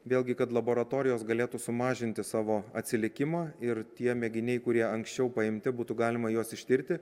vėlgi kad laboratorijos galėtų sumažinti savo atsilikimą ir tie mėginiai kurie anksčiau paimti būtų galima juos ištirti